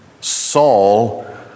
Saul